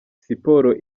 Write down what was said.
siporo